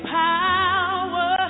power